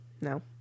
No